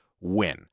win